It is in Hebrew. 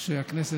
כך שהמצב